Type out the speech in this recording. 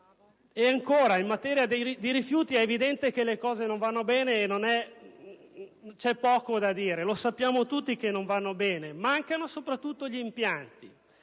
E ancora, in materia di rifiuti è evidente che le cose non vanno bene e c'è poco da dire, perché lo sappiamo tutti: mancano soprattutto gli impianti,